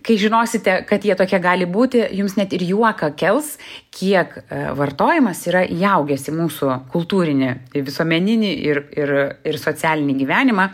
kai žinosite kad jie tokie gali būti jums net ir juoką kels kiek vartojimas yra įaugęs į mūsų kultūrinį visuomeninį ir ir ir socialinį gyvenimą